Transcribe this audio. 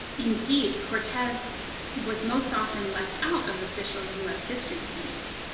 indeed cortez was most often left out of official us history paintings,